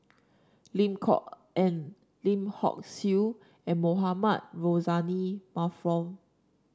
Lim Kok Ann Lim Hock Siew and Mohamed Rozani Maarof